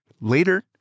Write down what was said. Later